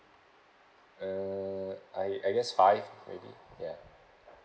uh I I guess five maybe ya